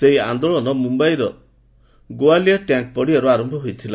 ସେହି ଆନ୍ଦୋଳନ ମୁମ୍ୟାଇର ଗୋଆଲିଆ ଟ୍ୟାଙ୍କ୍ ପଡ଼ିଆରୁ ଆରମ୍ଭ ହୋଇଥିଲା